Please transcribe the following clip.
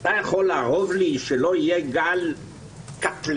אתה יכול לערוב לי שלא יהיה גל קטלני?